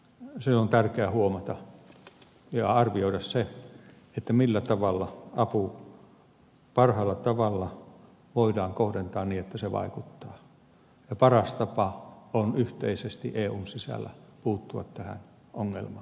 mutta on tärkeä huomata ja arvioida se millä tavalla apu parhaalla tavalla voidaan kohdentaa niin että se vaikuttaa ja paras tapa on yhteisesti eun sisällä puuttua tähän ongelmaan